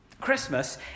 Christmas